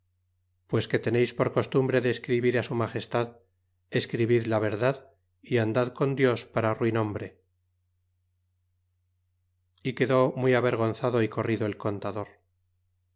pues que teneis por costumbre de escribir á su magestad escribid la verdad y andad con dios para ruin hombre y quedó muy avergonzado y corrido el contador